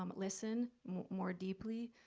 um listen more deeply.